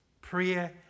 Prayer